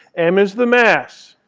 m is the mass.